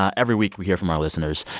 ah every week, we hear from our listeners.